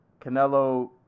Canelo